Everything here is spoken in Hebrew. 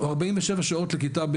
או 47 שעות לכיתה ,